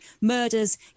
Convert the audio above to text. murders